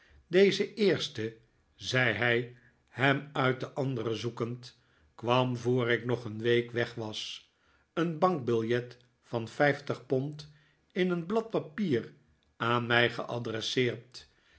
deze eerste zei hij hem uit de andere zoekend kwam voor ik nog een week weg was een bankbiljet van vijftig pond in een blad papier aan mij geadresseerd